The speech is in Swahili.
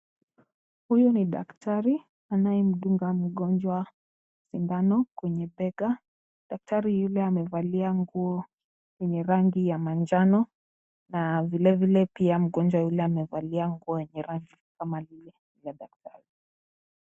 Huyu ni daktari anayemdunga mgonjwa sindano kwenye bega. Daktari yule amevalia nguo yenye rangi ya manjano, na vilevile pia mgonjwa yule amevalia nguo yenye rangi kama hiyo ya manjano.